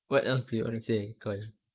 what else do you want to say koi